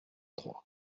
trois